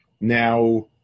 Now